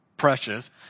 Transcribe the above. precious